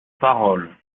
parole